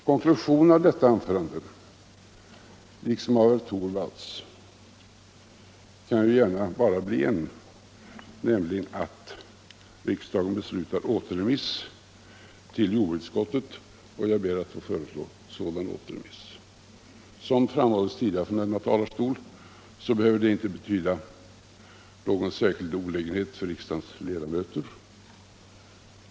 Konklusionen av detta anförande liksom av herr Torwalds kan bara bli en, nämligen att riksdagen beslutar återremiss till jordbruks utskottet. Jag ber att få föreslå sådan återremiss. Som framhållits tidigare från denna talarstol behöver det inte innebära någon särskild olägenhet för riksdagens ledamöter.